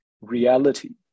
reality